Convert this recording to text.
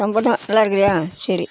சம்பூர்ணா நல்லா இருக்கிறியா சரி